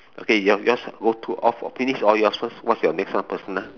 okay your yours go to all finish all yours first what's your next one personal